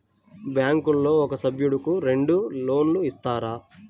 బ్యాంకులో ఒక సభ్యుడకు రెండు లోన్లు ఇస్తారా?